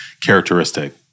characteristic